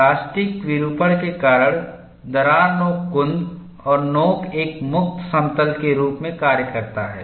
plastic विरूपण के कारण दरार नोक कुन्द और नोक एक मुक्त समतल के रूप में कार्य करता है